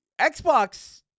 Xbox